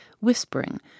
whispering